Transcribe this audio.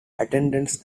attendance